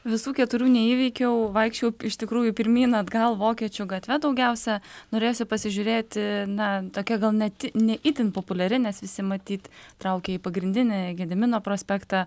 visų keturių neįveikiau vaikščiojau iš tikrųjų pirmyn atgal vokiečių gatve daugiausia norėsi pasižiūrėti ne tokia gal net ne itin populiari nes visi matyt traukia į pagrindinę gedimino prospektą